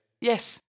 Yes